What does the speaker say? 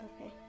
Okay